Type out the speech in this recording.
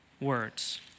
words